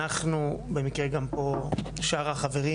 אנחנו במקרה גם פה שאר החברים,